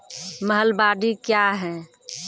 महलबाडी क्या हैं?